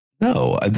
no